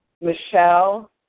Michelle